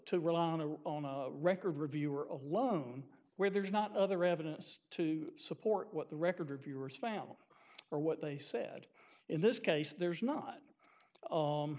to rely on a record reviewer alone where there is not other evidence to support what the record reviewers found or what they said in this case there's not